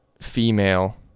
female